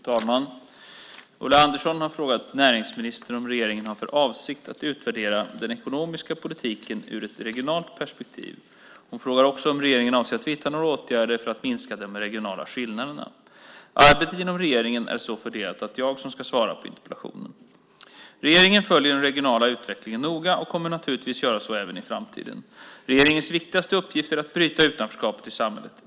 Fru talman! Ulla Andersson har frågat näringsministern om regeringen har för avsikt att utvärdera den ekonomiska politiken ur ett regionalt perspektiv. Hon frågar också om regeringen avser att vidta några åtgärder för att minska de regionala skillnaderna. Arbetet inom regeringen är så fördelat att det är jag som ska svara på interpellationen. Regeringen följer den regionala utvecklingen noga och kommer naturligtvis att göra så även i framtiden. Regeringens viktigaste uppgift är att bryta utanförskapet i samhället.